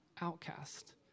outcast